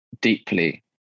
deeply